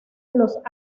los